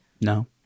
No